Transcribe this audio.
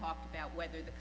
talk about whether the